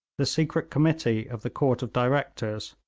the secret committee of the court of directors,